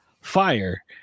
fire